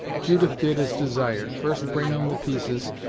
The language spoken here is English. judith did as desired, first bringing the pieces,